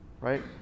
Right